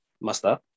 master